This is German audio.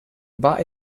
war